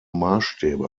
maßstäbe